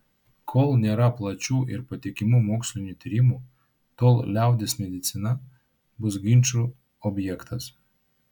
kol nėra plačių ir patikimų mokslinių tyrimų tol liaudies medicina bus ginčų objektas